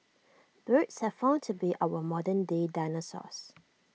birds have found to be our modern day dinosaurs